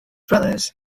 brothers